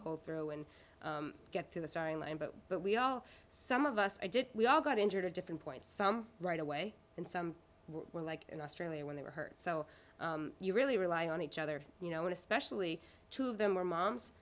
pull through and get to the starting line but but we all some of us did we all got injured at different points some right away and some were like in australia when they were hurt so you really rely on each other you know and especially two of them were moms